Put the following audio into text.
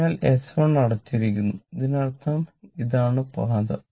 അതിനാൽ s1 അടച്ചിരിക്കുന്നു അതിനർത്ഥം ഇതാണ് പാത